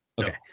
Okay